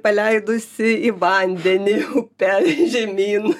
paleidusi į vandenį upe žemyn